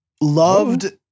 loved